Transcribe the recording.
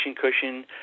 cushion